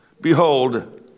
behold